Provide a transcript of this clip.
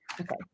Okay